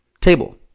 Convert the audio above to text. table